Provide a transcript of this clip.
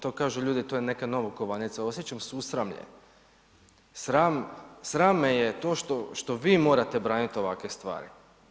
To kažu ljudi, to je neka novokovanica, osjećam se usramljeno, sram me je to što vi morate braniti ovakve stvari.